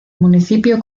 municipio